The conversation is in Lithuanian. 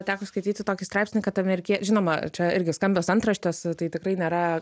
teko skaityti tokį straipsnį kad amerikie žinoma čia irgi skambios antraštės tai tikrai nėra